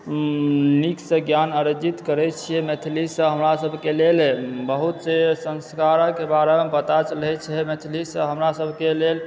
नीकसँ ज्ञान अर्जित करै छियै मैथिलीसँ हमरासभके लेल बहुत से संस्कारक बारेमे पता चलैत छै मैथिलीसँ हमरा सभके लेल